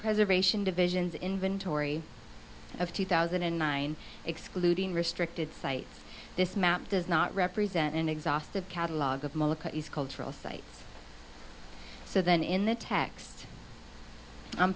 preservation divisions inventory of two thousand and nine excluding restricted sites this map does not represent an exhaustive catalogue of cultural sites so then in the text on